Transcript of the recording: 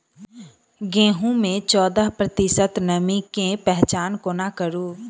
गेंहूँ मे चौदह प्रतिशत नमी केँ पहचान कोना करू?